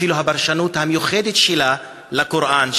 אפילו הפרשנות המיוחדת שלה לקוראן,